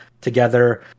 together